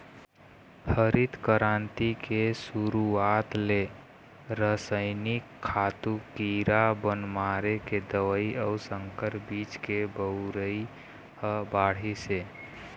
हरित करांति के सुरूवात ले रसइनिक खातू, कीरा बन मारे के दवई अउ संकर बीज के बउरई ह बाढ़िस हे